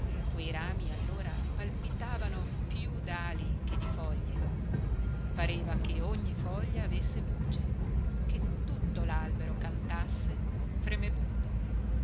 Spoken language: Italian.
quei rami allora palpitavano più dali che di foglie pareva che ogni foglia avesse voce che tutto lalbero cantasse